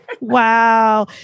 Wow